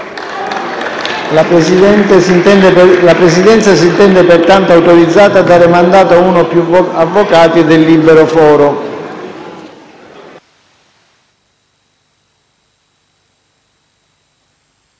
La Presidenza si intende pertanto autorizzata a dare mandato a uno o più avvocati del libero foro.